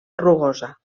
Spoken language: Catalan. rugosa